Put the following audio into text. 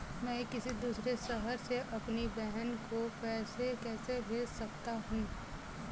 मैं किसी दूसरे शहर से अपनी बहन को पैसे कैसे भेज सकता हूँ?